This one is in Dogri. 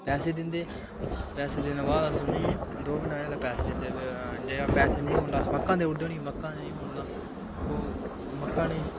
पैसे दिंदे पैसे देने दे बाद अस उ'नेंगी दौ म्हीनै दे बाद जेल्लै पैसे दिंदे पैसे नेईं होन तां अस मक्कां देऊदे उ'नें ई मक्कां नेईं होन तां मक्कां